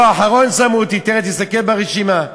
לא, אחרון שמו אותי, תראה, תסתכל ברשימה.